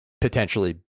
potentially